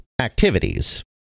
activities